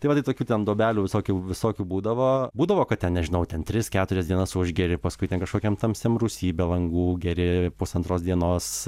tai va tai tokių ten duobelių visokių visokių būdavo būdavo kad ten nežinau ten tris keturias dienas užgeri paskui ten kažkokiam tamsiam rūsy be langų geri pusantros dienos